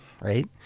right